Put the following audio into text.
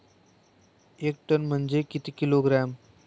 एक टन म्हनजे किती किलोग्रॅम?